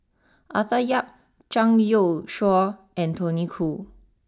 Arthur Yap Zhang Youshuo and Tony Khoo